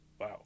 Wow